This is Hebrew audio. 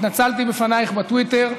התנצלתי בפנייך בטוויטר.